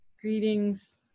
Greetings